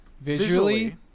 Visually